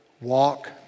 walk